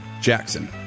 Jackson